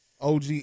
og